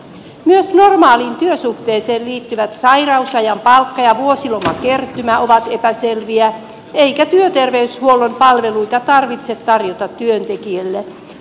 myös normaaliin työsuhteeseen liittyvät sairausajan palkka ja vuosilomakertymät ovat epäselviä eikä työterveyshuollon palveluita tarvitse tarjota työntekijälle